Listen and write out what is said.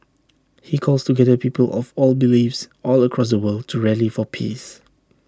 he calls together people of all beliefs all across the world to rally for peace